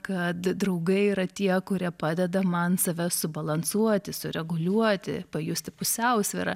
kad draugai yra tie kurie padeda man save subalansuoti sureguliuoti pajusti pusiausvyrą